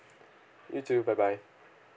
you too bye bye